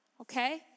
Okay